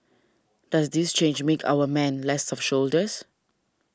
does this change make our men less of soldiers